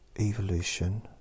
Evolution